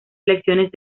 lecciones